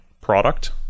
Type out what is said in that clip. product